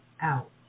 out